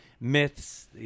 myths